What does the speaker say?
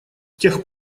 тех